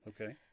okay